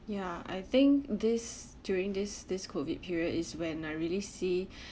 ya I think this during this this COVID period is when I really see